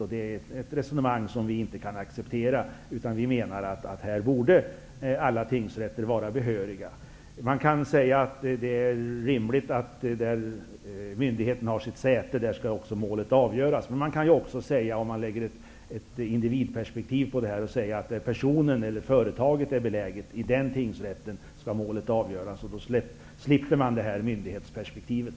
Det är ett resonemang som vi inte kan acceptera. Vi menar att alla tingsrätter borde vara behöriga. Det är rimligt att målet skall avgöras där myndigheten har sitt säte. Men om man lägger ett individperspektiv på frågan kan man anse att målet skall avgöras vid den tingsrätt som ligger där personen bor eller företaget är beläget. Då slipper man myndighetsperspektivet.